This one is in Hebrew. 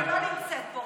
הקואליציה לא נמצאת פה,